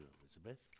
Elizabeth